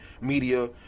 media